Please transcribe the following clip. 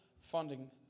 funding